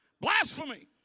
Blasphemy